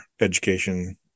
education